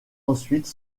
ensuite